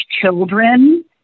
children